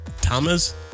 Thomas